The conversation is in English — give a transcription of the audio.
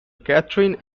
katherine